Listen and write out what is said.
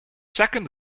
second